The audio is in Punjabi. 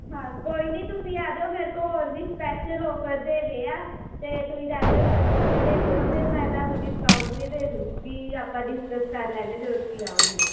ਹਾਂ ਕੋਈ ਨੀ ਤੁਸੀਂ ਆ ਜਾਓ ਮੇਰੇ ਕੋਲ ਹੋਰ ਵੀ ਸਪੈਸ਼ਲ ਔਫਰਸ ਹੈਗੇ ਆ ਅਤੇ ਤੁਸੀਂ ਰੈਗੂਲਰ ਕਸਟਮਰ ਹੈਗੇ ਹੋ ਅਤੇ ਮੈਂ ਤੁਹਾਨੂੰ ਡਿਸਕਾਊਂਟ ਵੀ ਦੇ ਦੁੰਗੀ ਆਪਾਂ ਡਿਸਕਸ ਕਰ ਲੈਦੇ ਜਦੋਂ ਤੁਸੀਂ ਆਓਗੇ